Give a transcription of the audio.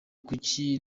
kuki